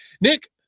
Nick